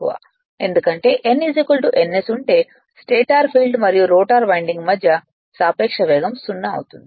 ఎందుకంటే n ns ఉంటే stator field మరియు రోటర్ వైండింగ్ మధ్య సాపేక్ష వేగం 0 అవుతుంది